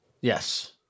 Yes